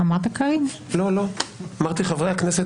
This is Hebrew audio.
אמרתי: חברי הכנסת